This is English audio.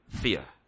fear